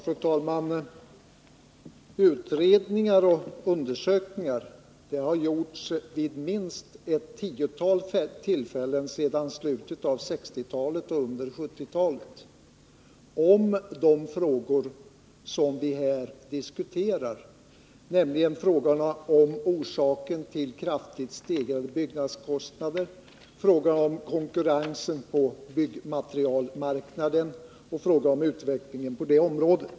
Fru talman! Utredningar och undersökningar har gjorts vid minst ett tiotal tillfällen sedan slutet av 1960-talet och under 1970-talet om de frågor vi här diskuterar, nämligen om orsakerna till kraftigt stegrade byggnadskostnader, om konkurrensen på byggmaterialmarknaden och om utvecklingen på det området.